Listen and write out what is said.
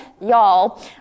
y'all